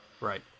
Right